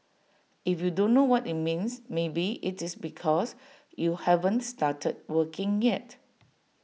if you don't know what IT means maybe IT is because you haven't started working yet